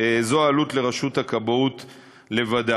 זו העלות לרשות הכבאות לבדה.